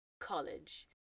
college